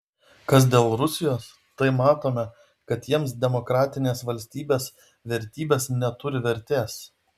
kas dėl rusijos tai matome kad jiems demokratinės valstybės vertybės neturi vertės